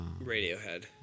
Radiohead